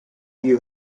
you